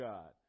God